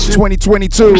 2022